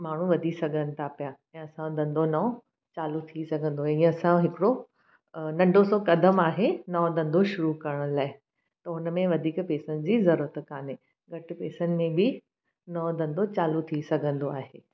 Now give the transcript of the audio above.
माण्हूं वधी सघनि था पिया ऐं असांजो धंधो नओं चालू थी सघंदो ही असांजो हिकिड़ो नंढो सो क़दमु आहे नओं धंधो शुरू करण लाइ त हुनमें वधीक पैसनि जी ज़रूरत कान्हे घटि पैसनि में बि नओं धंधो चालू थी सघंदो आहे